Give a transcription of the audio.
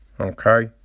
okay